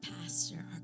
pastor